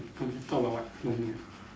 mm talk about mmhmm